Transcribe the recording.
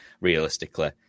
realistically